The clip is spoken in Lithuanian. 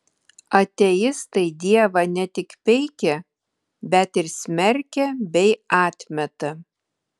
ateistai dievą ne tik peikia bet ir smerkia bei atmeta